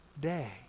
day